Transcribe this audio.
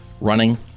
running